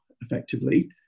effectively